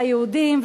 ליהודים,